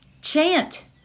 chant